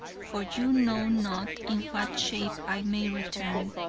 for you know not in what shape i may return.